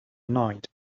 night